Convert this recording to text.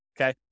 okay